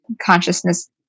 consciousness